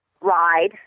ride